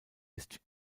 ist